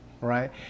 right